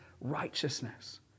righteousness